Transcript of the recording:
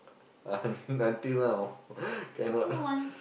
until now cannot